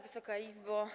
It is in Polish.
Wysoka Izbo!